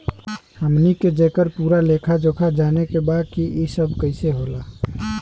हमनी के जेकर पूरा लेखा जोखा जाने के बा की ई सब कैसे होला?